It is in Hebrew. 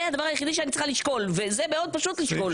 זה הדבר היחידי שאני צריכה לשקול וזה מאוד פשוט לשקול,